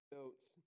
notes